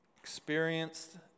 experienced